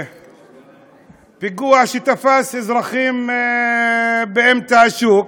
פיגוע שתפס אזרחים באמצע השוק.